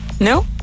No